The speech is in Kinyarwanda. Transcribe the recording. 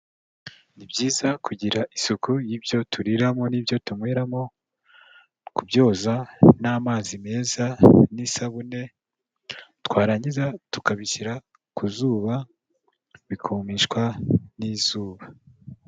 Ni byiza kugira isuku y'ibyo turiramo n'ibyo tunyweramo, kubyoza n'amazi meza n'isabune twarangiza tukabishyira ku izuba, bikumishwa n'izuba.